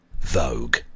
vogue